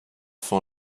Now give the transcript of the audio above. fin